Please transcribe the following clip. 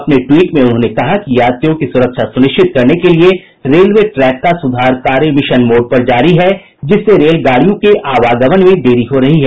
अपने ट्वीट में उन्होंने कहा कि यात्रियों की सुरक्षा सुनिश्चित करने के लिए रेलवे ट्रैक का सुधार कार्य मिशन मोड पर जारी है जिससे रेलगाड़ियों के आवागमन में देरी हो रही है